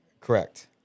correct